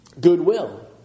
Goodwill